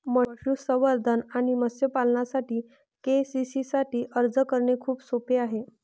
पशुसंवर्धन आणि मत्स्य पालनासाठी के.सी.सी साठी अर्ज करणे खूप सोपे आहे